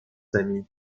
amis